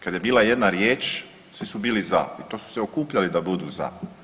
Kada je bila jedna riječ svi su bili za i to su se okupljali da budu za.